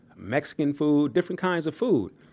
mexican food, different kinds of food.